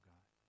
God